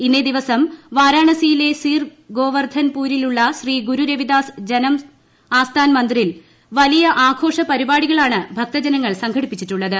ഇന്നേ ദിവസം വാരാണസിയിലെ സീർ ഗോവർദ്ധൻപൂരിലുള്ള ശ്രീ ഗുരു രവിദാസ് ആസ്ഥാൻ മന്ദിറിൽ വലിയ ആഘോഷ പരിപാടികളാണ് ജനം ഭക്തജനങ്ങൾ സംഘടിപ്പിച്ചിട്ടുള്ളത്